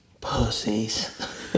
Pussies